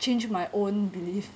change my own belief